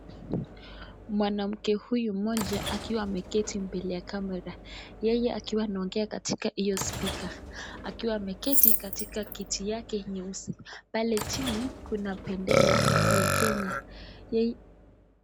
Mwanamke huyu mmoja akiwa ameketi mbele ya camera . Yeye akiwa ana ongea katika hipo speaker akiwa ameketi katika kiti yake nyeusi. Pale chini kuna bendera ya Kenya.